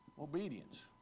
obedience